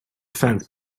offense